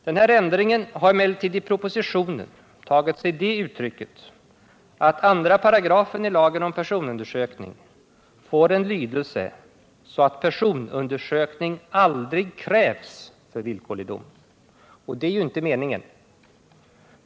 Denna ändring har emellertid i propositionen tagit sig det uttrycket att 2 § lagen om personundersökning fått lydelsen att personundersökning aldrig krävs för villkorlig dom. Och det är ju inte meningen.